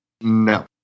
No